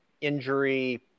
injury